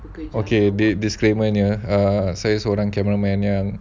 okay the disclaimer nya saya seorang cameraman yang